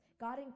God